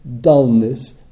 dullness